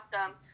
awesome